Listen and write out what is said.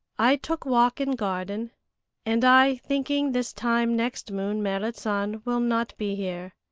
i took walk in garden and i thinking this time next moon merrit san will not be here.